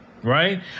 right